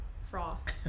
frost